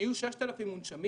יהיו 6,000 מונשמים